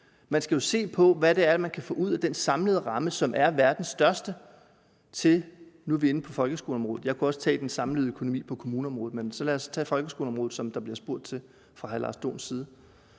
Man skal jo se på, hvad det er, man kan få ud af den samlede ramme, som er verdens største – nu er vi inde på folkeskoleområdet, jeg kunne også tage den samlede økonomi på kommuneområdet, men så lad os tage folkeskoleområdet, som der bliver spurgt om fra hr. Lars Dohns side